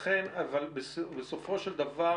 אכן אבל בסופו של דבר,